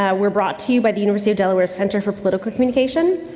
ah we're brought to you by the university of delaware center for political communication.